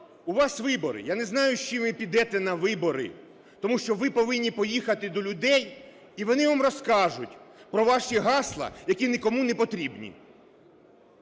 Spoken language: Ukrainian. у вас вибори. Я не знаю, з чим ви підете на вибори. Тому що ви повинні поїхати до людей - і вони вам розкажуть про ваші гасла, які нікому непотрібні.